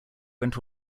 went